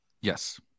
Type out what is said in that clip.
Yes